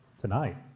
tonight